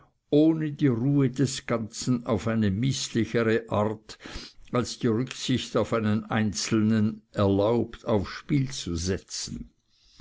ohne die ruhe des ganzen auf eine mißlichere art als die rücksicht auf einen einzelnen erlaubt aufs spiel zu setzen